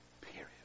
Period